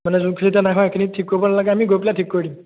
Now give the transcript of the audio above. মানে যোনকেইটা নাই হোৱা সেইখিনি ঠিক কৰিব নালাগে আমি গৈ পেলাই ঠিক কৰি দিম